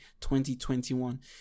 2021